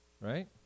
right